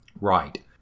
Right